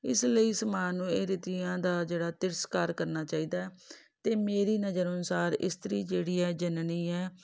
ਇਸ ਲਈ ਸਮਾਜ ਨੂੰ ਇਹ ਰੀਤੀਆਂ ਦਾ ਜਿਹੜਾ ਤਿਰਸਕਾਰ ਕਰਨਾ ਚਾਹੀਦਾ ਅਤੇ ਮੇਰੀ ਨਜ਼ਰ ਅਨੁਸਾਰ ਇਸਤਰੀ ਜਿਹੜੀ ਏ ਜਨਨੀ ਹੈ